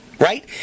Right